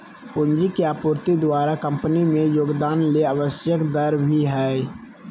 पूंजी के आपूर्ति द्वारा कंपनी में योगदान ले आवश्यक दर भी हइ